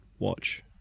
watch